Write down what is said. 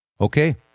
Okay